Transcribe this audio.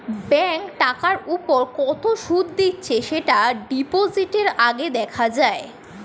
bank টাকার উপর কত সুদ দিচ্ছে সেটা ডিপোজিটের আগে দেখা যায়